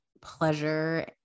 pleasure